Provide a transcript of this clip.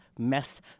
mess